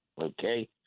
Okay